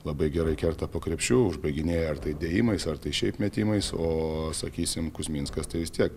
labai gerai kerta po krepšiu užbaiginėja ar tai dėjimais ar šiaip metimais o sakysim kuzminskas tai vis tiek